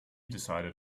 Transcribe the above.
decided